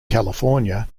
california